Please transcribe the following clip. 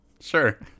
sure